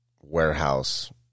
warehouse